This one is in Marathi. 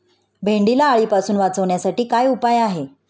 भेंडीला अळीपासून वाचवण्यासाठी काय उपाय आहे?